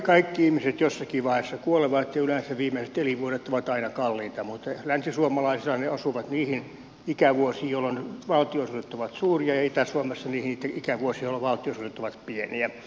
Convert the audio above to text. kaikki ihmiset jossakin vaiheessa kuolevat ja yleensä viimeiset elinvuodet ovat aina kalliita mutta länsisuomalaisilla ne osuvat niihin ikävuosiin jolloin valtionosuudet ovat suuria ja itä suomessa niihin ikävuosiin jolloin valtionosuudet ovat pieniä